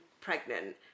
pregnant